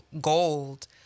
gold